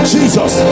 Jesus